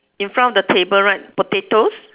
in front of the table right potatoes